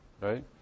right